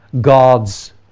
God's